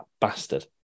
bastard